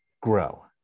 grow